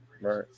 Right